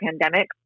pandemic